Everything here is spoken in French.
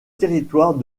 territoire